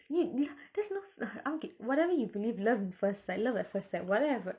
you you there's no okay whatever you believe love in first sight love at first sight whatever